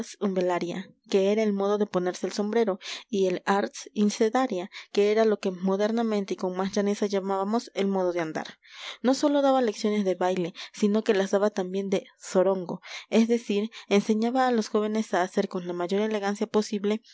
umbelaria que era el modo de ponerse el sombrero y el ars incedaria que era lo que modernamente y con más llaneza llamamos el modo de andar no sólo daba lecciones de baile sino que las daba también de zorongo es decir enseñaba a los jóvenes a hacer con la mayor elegancia posible